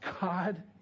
God